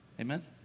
Amen